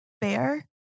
bear